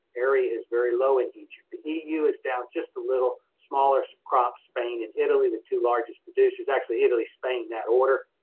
area is very low in egypt. the eu is down just a little, smaller crops spain and italy, the two largest producers, actually italy, spain that order.